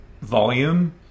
volume